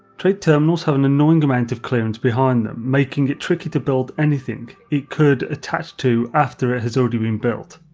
trade terminals have an annoying amount of clearance behind them, making it tricky to build anything it could attach to after it has already been built.